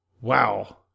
wow